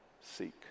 seek